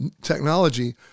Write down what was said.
technology